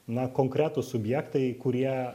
na konkretūs subjektai kurie